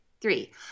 three